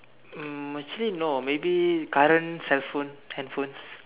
um actually no maybe current cell phone handphones